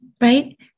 right